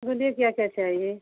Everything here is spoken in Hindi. बोलिए क्या क्या चाहिए